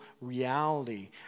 reality